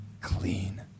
clean